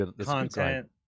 content